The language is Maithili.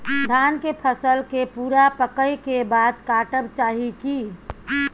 धान के फसल के पूरा पकै के बाद काटब चाही की?